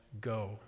go